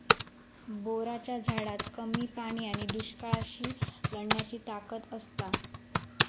बोराच्या झाडात कमी पाणी आणि दुष्काळाशी लढण्याची ताकद असता